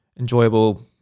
enjoyable